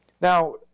Now